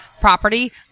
property